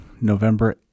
November